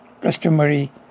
customary